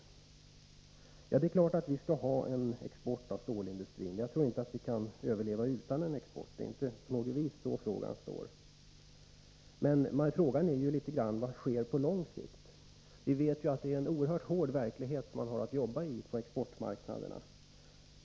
Ja, det är klart att vi skall ha en export av stålindustriprodukter. Jag tror inte att vi kan överleva utan en sådan export — det är inte på något vis så frågan står. Nej, frågan är vad som sker på lång sikt. Vi vet att det är en oerhört hård verklighet som man har att jobba i på exportmarknaderna.